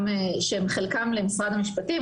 שחלקם למשרד המשפטים,